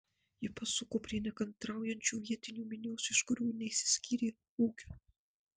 ji pasuko prie nekantraujančių vietinių minios iš kurių neišsiskyrė ūgiu